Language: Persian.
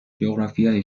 جغرافیای